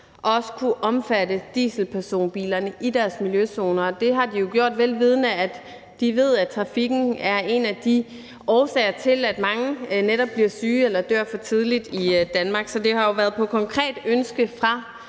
også at kunne omfatte dieselpersonbilerne i deres miljøzoner, og det har de jo gjort, vel vidende at trafikken er en af årsagerne til, at mange netop bliver syge eller dør for tidligt i Danmark. Så det har jo været ud fra et konkret ønske fra